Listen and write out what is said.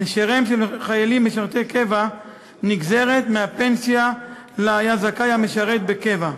לשאיריהם של חיילים משרתי קבע נגזרת מהפנסיה שלה היה זכאי המשרת בקבע.